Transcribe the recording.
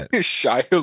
Shy